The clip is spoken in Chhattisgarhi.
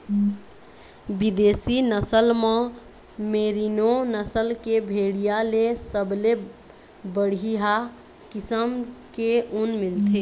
बिदेशी नसल म मेरीनो नसल के भेड़िया ले सबले बड़िहा किसम के ऊन मिलथे